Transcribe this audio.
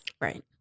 Right